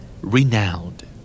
Renowned